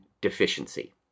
deficiency